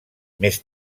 més